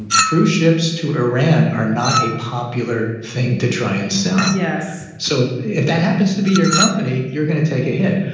and cruise ships to iran are not a popular thing to try and sell. yes. so if that happens to be your company, you're gonna take a hit.